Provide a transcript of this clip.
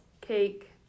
cake